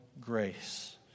grace